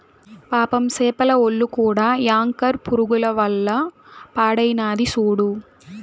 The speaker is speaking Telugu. పాపం సేపల ఒల్లు కూడా యాంకర్ పురుగుల వల్ల పాడైనాది సూడు